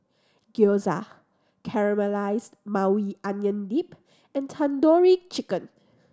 Gyoza Caramelized Maui Onion Dip and Tandoori Chicken